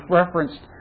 referenced